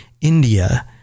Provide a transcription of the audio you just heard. India